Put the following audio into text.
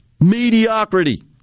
mediocrity